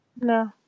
No